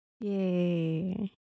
Yay